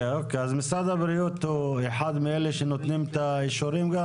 משרד הבריאות הוא אחד מאלה שנותנים את האישורים?